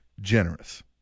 generous